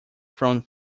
from